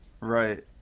Right